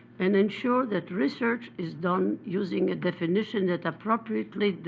and ensure that research is done using a definition that appropriately